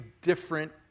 different